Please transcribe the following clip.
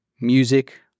music